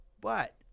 But-